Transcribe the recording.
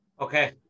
Okay